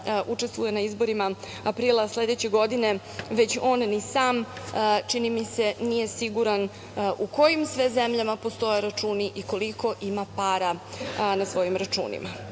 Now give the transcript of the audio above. učestvuje na izborima aprila sledeće godine, već on ni sam, čini mi se, nije siguran u kojim sve zemljama postoje računi i koliko ima para na svojim računima. Naravno,